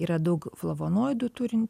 yra daug flavonoidų turin